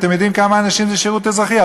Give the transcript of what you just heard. אתם יודעים כמה אנשים זה שירות אזרחי?